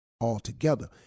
altogether